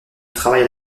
travaille